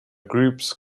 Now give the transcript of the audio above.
groups